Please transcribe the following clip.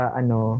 ano